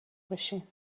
بشیم